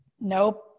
nope